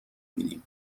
بینیم